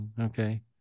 Okay